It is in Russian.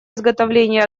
изготовления